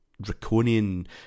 draconian